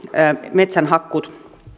metsänhakkuut